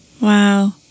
Wow